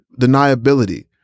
deniability